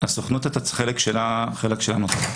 הסוכנות באת החלק שלה היא נותנת.